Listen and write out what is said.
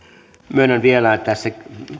myönnän vielä tässä